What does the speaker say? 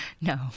No